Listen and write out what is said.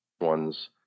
ones